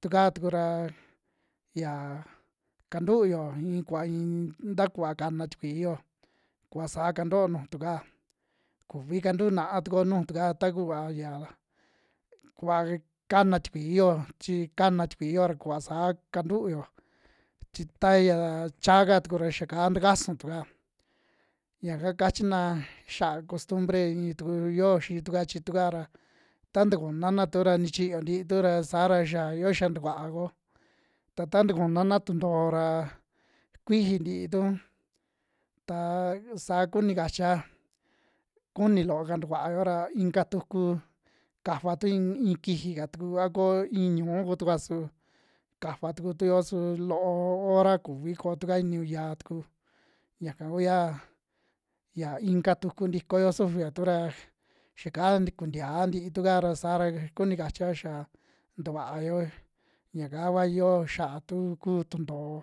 Tukaa tuku ra yia kantuuyo iin kuva iin nta kuva kana tikuiyo, kuva saa kantu'o nuju tu kaa, kuvi kantuu na'a tukuo nuju tu kaa takuva ya, kuva kan tikuiyo chi kana tikuiyo ra kuva saa kantuyo chi taya chaaka tuku ra xia kaa takasun tu kaa, yaka kachina xia costumbre in tuku yoo xitu'ka chi tukaa ra ta ntakuna natu ra nichoyo ntiitu ra saara xia, yo xia tukuaa kuo ta taa tankuna tuntoo ra kuiji ntiitu ta saa kuni kachia kuni loo'ka tukua'o ra inka tuku kafatu iin ii kiji'ka tuku a koo iin ñu'u ku tukua su kafa tuku tuyoo su loo hora kuvi kootu'ka ii niñu yaa tuku yaka kuyaa, ya inka tuku ntikoyo sufiyo tu ra yaka kuntiaa ntitu'ka ra saara kuni kachia xia ntuvaayo yaka kua iyio xa'atu ku tuntoo